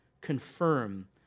confirm